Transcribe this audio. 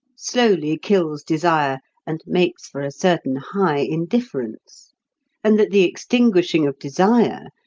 slowly kills desire and makes for a certain high indifference and that the extinguishing of desire,